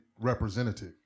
representative